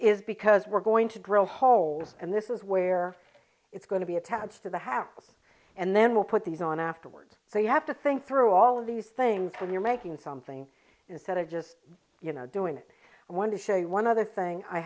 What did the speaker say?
is because we're going to drill holes and this is where it's going to be attached to the house and then we'll put these on afterwards so you have to think through all of these things when you're making something instead of just you know doing it i want to show you one other thing i